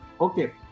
okay